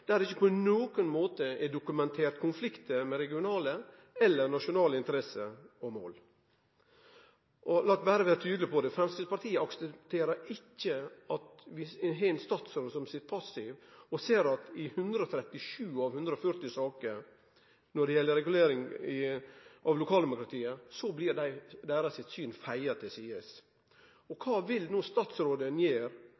der det ikkje på nokon måte er dokumentert konfliktar med regionale eller nasjonale interesser og mål. Lat meg vere tydeleg på dette: Framstegspartiet aksepterer ikkje at vi har ein statsråd som sit passiv og ser at synet til kommunane i 137 av 140 saker når det gjeld regulering av lokaldemokratiet, blir